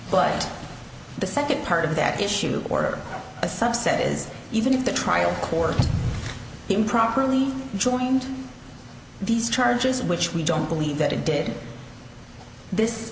but the second part of that issue or a subset is even if the trial court improperly joined these charges which we don't believe that it did this